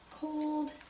cold